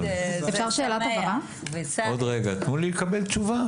תנו לי לקבל תשובה.